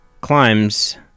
climbs